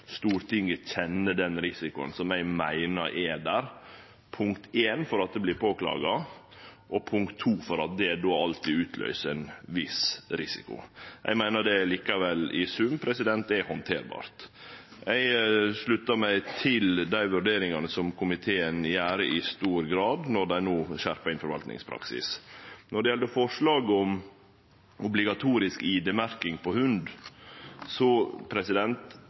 Stortinget kjenner til den risikoen som eg meiner er der – for det første fordi det vert påklaga, for det andre fordi det alltid utløyser ein viss risiko. Eg meiner det likevel i sum er handterbart, og eg sluttar meg i stor grad til dei vurderingane som komiteen gjer når dei no innskjerpar forvaltningspraksisen. Når det gjeld forslaget om obligatorisk id-merking av hund,